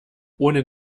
ohne